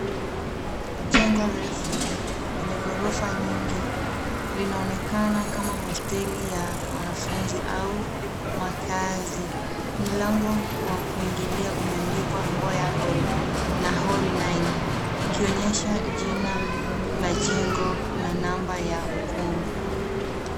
Jengo refu lenye ghorofa nyingi linaonekana kama hosteli ya wanafunzi au makazi. Mlango wa kuingilia umeandikwa [cs ] mboya Hall [cs ] na [cs ] hall 9[cs ] likionyesha jina la jengo na namba ya ukumbi.